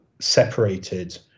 separated